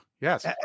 Yes